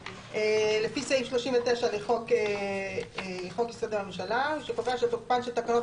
לפי סעיף 39 לחוק יסוד: הממשלה שקובע שתוקפן של תקנות